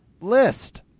list